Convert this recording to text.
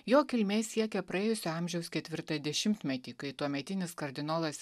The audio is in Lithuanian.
jo kilmė siekia praėjusio amžiaus ketvirtąjį dešimtmetį kai tuometinis kardinolas